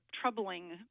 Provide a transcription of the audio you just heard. troubling